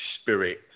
spirit